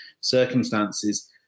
circumstances